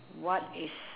what is